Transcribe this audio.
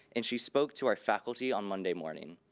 and she spoke to our faculty on monday morning.